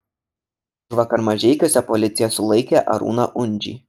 užvakar mažeikiuose policija sulaikė arūną undžį